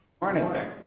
morning